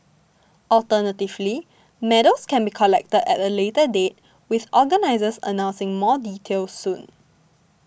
alternatively medals can be collected at a later date with organisers announcing more details soon